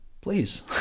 please